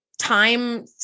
Time